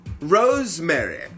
rosemary